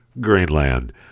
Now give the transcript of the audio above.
Greenland